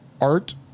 Art